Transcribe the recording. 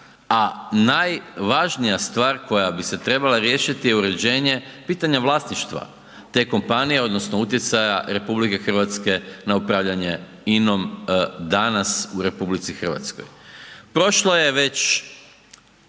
a najvažnija stvar koja bi se trebala riješiti je uređenje, pitanje vlasništva te kompanije odnosno utjecaja RH na upravljanje INA-om danas u RH. Prošlo je već